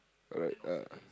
alright uh